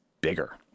bigger